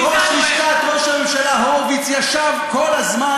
ראש לשכת ראש הממשלה הורוביץ ישב כל הזמן